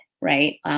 right